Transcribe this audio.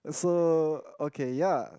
so okay ya